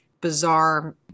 bizarre